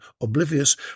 oblivious